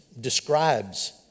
describes